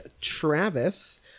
Travis